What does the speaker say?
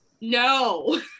no